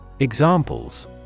Examples